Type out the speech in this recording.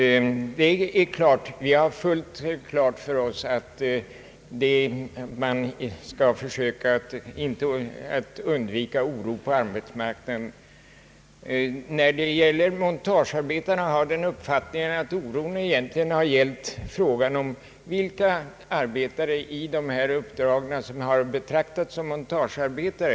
Först vill jag säga att det står fullkomligt klart för oss att man skall försöka undvika oro på arbetsmarknaden. När det gäller montagearbetarna har oron enligt min mening egentligen orsakats av frågan om vilka arbetare med sådana här uppdrag som har betraktats just som montagearbetare.